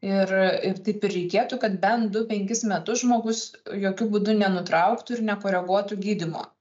ir ir taip ir reikėtų kad bent du penkis metus žmogus jokiu būdu nenutrauktų ir nekoreguotų gydymo